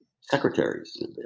secretaries